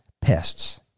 pests